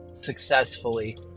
successfully